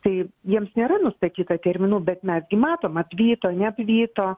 tai jiems nėra nustatyta terminų bet mes gi matom apvyto neapvyto